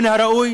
מן הראוי